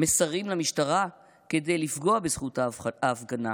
מסרים למשטרה כדי לפגוע בזכות ההפגנה: